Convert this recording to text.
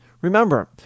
Remember